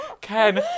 Ken